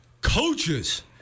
Coaches